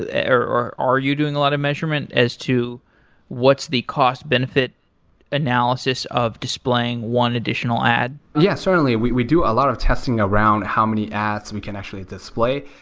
ah or or are you doing a lot of measurement as to what's the cost benefit analysis of displaying one additional ad? yeah, certainly. we we do a lot of testing around how many ads we can actually display.